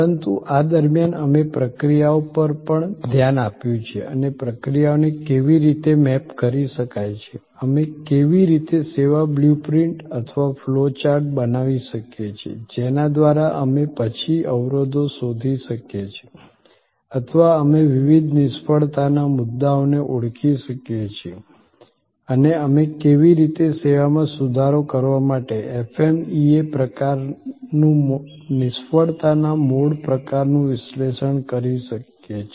પરંતુ આ દરમિયાન અમે પ્રક્રિયાઓ પર પણ ધ્યાન આપ્યું છે અને પ્રક્રિયાઓને કેવી રીતે મેપ કરી શકાય છે અમે કેવી રીતે સેવા બ્લુ પ્રિન્ટ અથવા ફ્લો ચાર્ટ બનાવી શકીએ છીએ જેના દ્વારા અમે પછી અવરોધો શોધી શકીએ છીએ અથવા અમે વિવિધ નિષ્ફળતાના મુદ્દાઓને ઓળખી શકીએ છીએ અને અમે કેવી રીતે સેવામાં સુધારો કરવા માટે FMEA પ્રકારનું નિષ્ફળતા મોડ પ્રકારનું વિશ્લેષણ કરી શકે છે